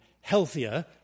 healthier